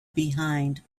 behind